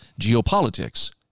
geopolitics